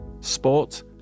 sport